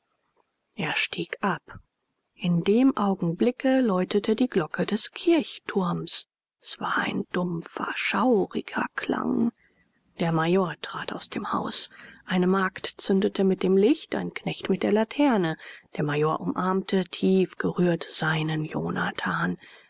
er stieg ab in dem augenblicke läutete die glocke des kirchturms es war ein dumpfer schauriger klang der major trat aus dem haus eine magd zündete mit dem licht ein knecht mit der laterne der major umarmte tief gerührt seinen jonathan